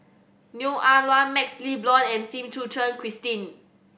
Neo Ah Luan MaxLe Blond and Sim Suchen Christine